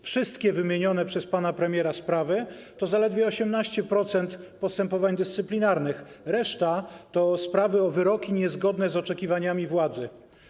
Wszystkie wymienione przez pana premiera sprawy to zaledwie 18% postępowań dyscyplinarnych, reszta to sprawy o wyroki niezgodne z oczekiwaniami władzy.